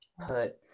put